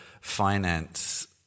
Finance